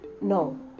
No